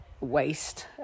waste